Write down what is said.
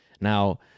now